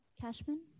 Cashman